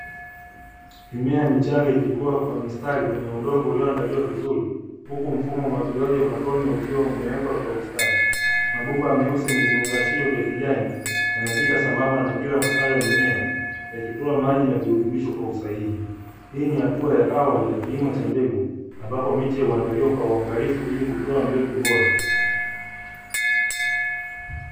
Mimea michanga ikikuwa kwa mistari kwenye udongo ulioandaliwa vizuri, huku mfumo wa umwagiliaji wa matone ukiwa umewekwa kwa ustadi. Mabomba meusi yenye viungashio vya kijani yanapita sambamba na kila mstari wa mimea, yakitoa maji na virutubisho kwa usahihi. Hii ni hatua ya awali ya kilimo cha mbegu ambapo miche huandaliwa kwa uangalifu ili kutoa mbegu bora.